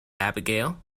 abigail